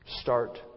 Start